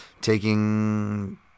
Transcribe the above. Taking